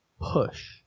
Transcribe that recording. Push